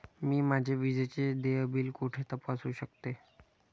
मी माझे विजेचे देय बिल कुठे तपासू शकते?